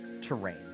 terrain